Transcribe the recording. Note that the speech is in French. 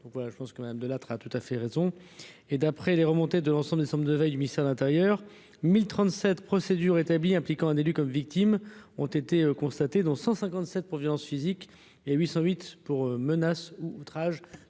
je pense que Mme Delattre a tout à fait raison. De plus, selon les remontées de l'ensemble des centres de veille du ministère de l'intérieur, 1 037 procédures établies impliquant un élu comme victime ont été constatées, dont 157 pour violence physique et 808 pour menace ou outrage.